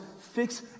fix